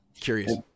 curious